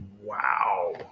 wow